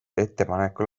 ettepanekul